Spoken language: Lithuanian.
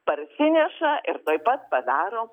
parsineša ir tuoj pat padaro